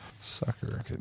sucker